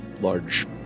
large